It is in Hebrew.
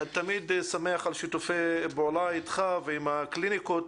אני תמיד שמח על שיתופי פעולה אתך ועם הקליניקות.